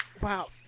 Wow